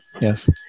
Yes